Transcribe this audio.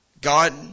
God